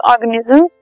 organisms